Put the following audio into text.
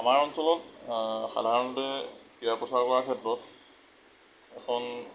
আমাৰ অঞ্চলত সাধাৰণতে ক্ৰীড়া প্ৰচাৰ কৰা ক্ষেত্ৰত এখন